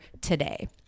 today